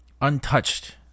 untouched